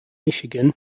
michigan